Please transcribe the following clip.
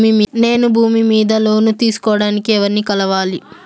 నేను భూమి మీద లోను తీసుకోడానికి ఎవర్ని కలవాలి?